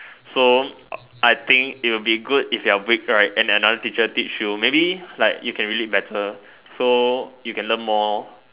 so I think it will be good if you are weak right and another teacher teach you maybe like you can relate better so you can learn more